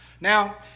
Now